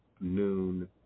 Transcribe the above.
noon